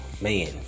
man